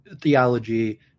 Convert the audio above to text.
theology